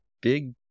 big